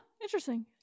interesting